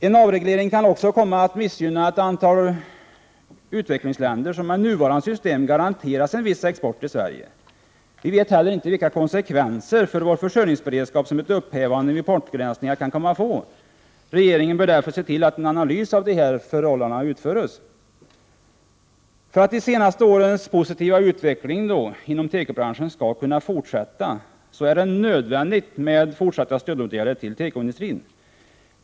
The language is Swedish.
En avreglering kan också komma att missgynna ett antal utvecklingsländer som med nuvarande system garanteras en viss export till Sverige. Vi vet heller inte vilka konsekvenser för vår försörjningsberedskap som ett upphävande av importbegränsningarna kan komma att få. Regeringen bör därför se till att en analys görs av dessa förhållanden. För att de senaste årens positiva utveckling inom tekobranschen skall kunna fortsätta är det nödvändigt med fortsatta stödåtgärder till tekoindustrin.